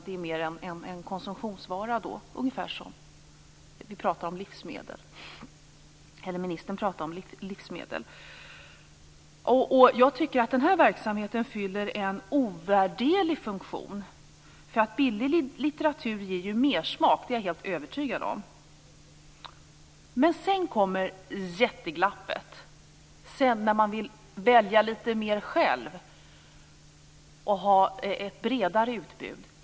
Det är mera som en konsumtionsvara - ministern talade om livsmedel. Denna verksamhet fyller en ovärderlig funktion. Billiga böcker ger mersmak, det är jag helt övertygad om. Men sedan kommer ett jätteglapp när man vill välja själv och ha ett bredare utbud.